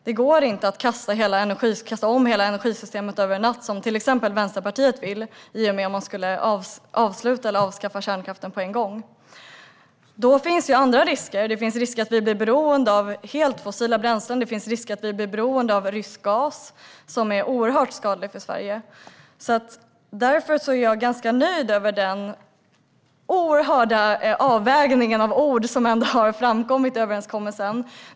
Det går inte att kasta om hela energisystemet över en natt, vilket exempelvis Vänsterpartiet vill genom att avsluta eller avskaffa kärnkraften på en gång. Då skulle andra risker uppstå, som att vi blir beroende av helt fossila bränslen eller rysk gas. Den ryska gasen är oerhört skadlig för Sverige. Därför är jag ganska nöjd med den noggranna avvägning av ord som kommer fram i överenskommelsen.